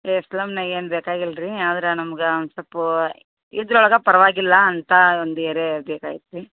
ಏ ಸ್ಲಮ್ನಾಗೇನು ಬೇಕಾಗಿಲ್ಲ ರೀ ಆದ್ರೆ ನಮ್ಗೆ ಒಂದು ಸ್ವಲ್ಪು ಇದ್ರೊಳಗೆ ಪರವಾಗಿಲ್ಲ ಅಂತ ಏರ್ಯ ಬೇಕಾಗಿತ್ತು ರೀ